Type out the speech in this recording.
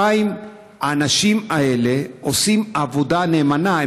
האנשים האלה עושים עבודה נאמנה.